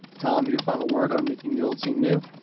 tom, your final word on making the old seem new?